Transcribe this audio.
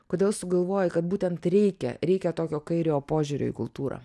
kodėl sugalvojai kad būtent reikia reikia tokio kairiojo požiūrio į kultūrą